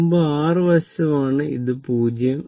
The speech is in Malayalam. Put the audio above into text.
ഇത് r വശമാണ് ഇത് 0